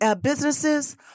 businesses